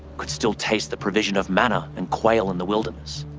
could still tastes the provision of manna and quail in the wilderness.